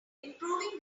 improving